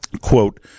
quote